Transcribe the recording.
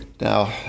Now